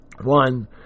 One